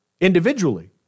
individually